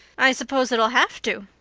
i suppose it'll have to,